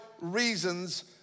reasons